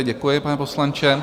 Děkuji, pane poslanče.